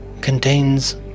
contains